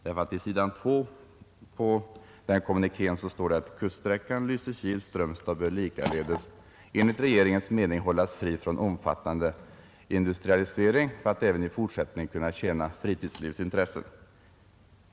På s. 2 i den kommunikén står att ”kuststräckan Lysekil—Strömstad bör likaledes enligt regeringens mening hållas fri från omfattande industrialisering för att även i fortsättningen kunna tjäna fritidslivets intressen”.